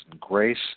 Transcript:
grace